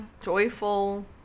joyful